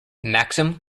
maxim